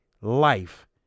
life